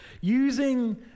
Using